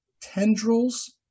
tendrils